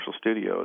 studios